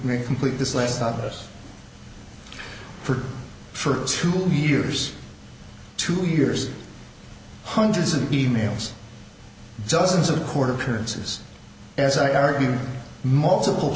me complete this list of us for for two years two years hundreds of e mails dozens of court appearances as i argued multiple